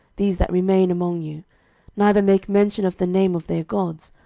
these that remain among you neither make mention of the name of their gods,